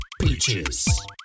Peaches